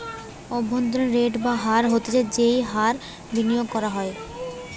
অভ্যন্তরীন রেট বা হার হতিছে যেই হার বিনিয়োগ করা হয়